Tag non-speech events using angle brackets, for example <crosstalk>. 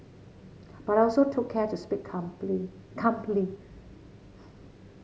but I also took care to speak <unintelligible>